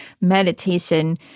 meditation